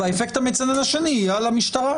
האפקט המצנן השני יהיה על המשטרה.